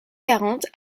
quarante